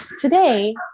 today